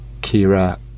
Kira